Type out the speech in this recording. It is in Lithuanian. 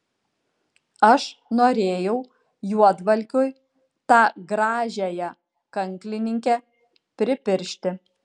aš norėjau juodvalkiui tą gražiąją kanklininkę pripiršti